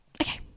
Okay